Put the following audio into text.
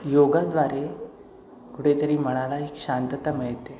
योगाद्वारे कुठेतरी मनाला एक शांतता मिळते